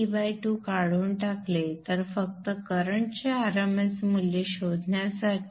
तर जर तुम्ही T2 काढून टाकले तर फक्त करंटचे rms मूल्य शोधण्यासाठी